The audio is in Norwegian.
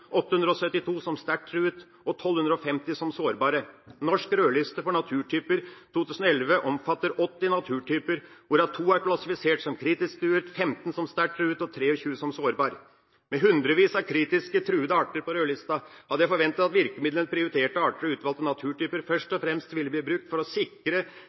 872 som sterkt truet og 1 250 som sårbare. Norsk rødliste for naturtyper 2011 omfatter 80 naturtyper, hvorav to er klassifisert som kritisk truet, 15 som sterkt truet og 23 som sårbare. Med hundrevis av kritisk truete arter på rødlista hadde jeg forventet at virkemidlene «prioriterte arter» og «utvalgte naturtyper» først og fremst ville bli brukt for å sikre